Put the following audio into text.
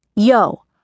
Yo